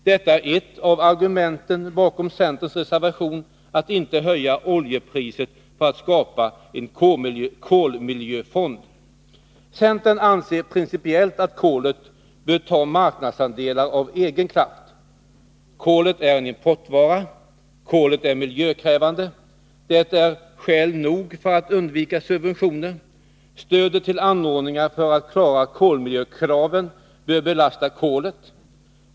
Detta är ett av argumenten bakom centerns reservation, som går ut på att man inte bör höja oljepriset för att skapa en kolmiljöfond. Centern anser principiellt att kolet bör ta marknadsandelar av egen kraft. Kolet är en importvara. Kolet är miljökrävande. Det är skäl nog för att undvika subventioner. Stödet till anordningar för att klara kolmiljökraven bör belasta kolet.